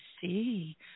see